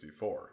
64